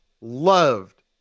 loved